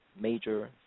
major